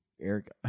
Eric